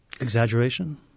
Exaggeration